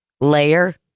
layer